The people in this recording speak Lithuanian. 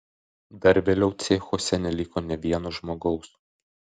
dar vėliau cechuose neliko nė vieno žmogaus